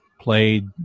played